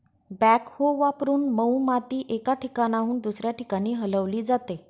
backhoe वापरून मऊ माती एका ठिकाणाहून दुसऱ्या ठिकाणी हलवली जाते